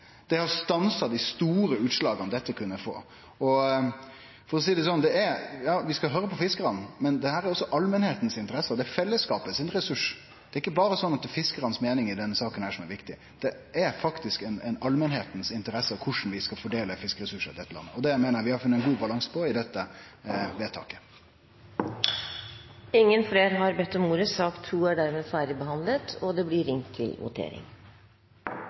Det har stansa dei store utslaga dette kunne få. Ja, vi skal høyre på fiskarane, men dette er også i allmenta si interesse, for det er fellesskapets ressurs. Det er ikkje sånn at det berre er fiskaranes meiningar i denne saka som er viktige. Det er faktisk i allmenta si interesse korleis vi skal fordele fiskeressursar i dette landet, og det meiner eg vi har funne ein god balanse på med dette vedtaket. Flere har ikke bedt om ordet til sak nr. 2. Da er Stortinget klar til å votere over sakene på dagens kart. Under debatten er det